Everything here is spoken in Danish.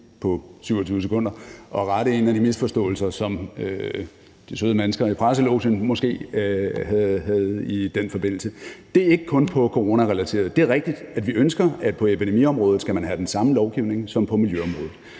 på 27 sekunder at rette en af de misforståelser, som der måske har været for de søde mennesker i presselogen i den forbindelse. Det er ikke kun på coronarelaterede områder. Det er rigtigt, at vi ønsker, at på epidemiområdet skal man have den samme lovgivning som på miljøområdet.